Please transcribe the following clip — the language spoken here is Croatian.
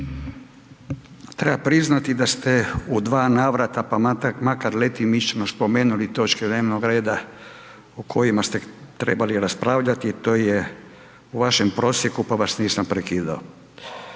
Treba priznati da ste u dva navrata pa makar letimično spomenuli točke dnevnog reda o kojima ste trebali raspravljati a to je u vašem prosjeku pa vas nisam prekidao.